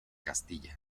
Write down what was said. castilla